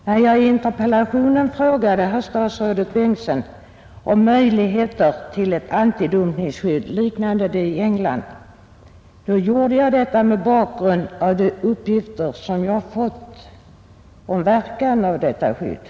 När jag i interpellationen frågade herr statsrådet Bengtsson om möjligheterna till ett antidumpingskydd liknande det i England, gjorde jag det mot bakgrunden av de uppgifter som jag fått om verkan av detta skydd.